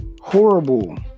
horrible